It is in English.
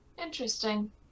Interesting